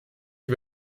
die